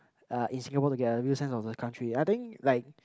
uh in Singapore to get a real sense of the country I think like